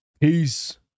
Peace